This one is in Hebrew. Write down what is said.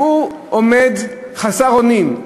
והוא עומד חסר אונים.